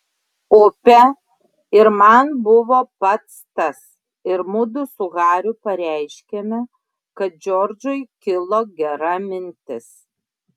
upė ir man buvo pats tas ir mudu su hariu pareiškėme kad džordžui kilo gera mintis